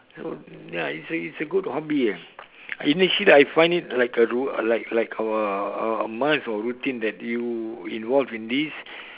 so ya it's a it's a good hobby ah initially I find it like a rou~ like like our our must or routine that you involve in this